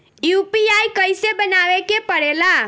UPI कइसे बनावे के परेला?